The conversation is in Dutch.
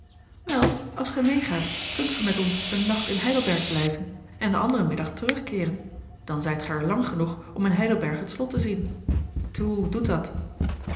wel als gij meegaat kunt ge met ons een nacht in heidelberg blijven en den anderen middag terug keeren dan zijt gij er lang genoeg om in heidelberg het slot te zien toe doet dat